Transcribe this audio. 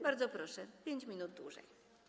Bardzo proszę, 5 minut dłużej.